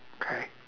okay